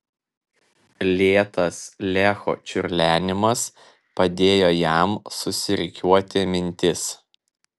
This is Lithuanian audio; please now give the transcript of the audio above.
lėtas lecho čiurlenimas padėjo jam susirikiuoti mintis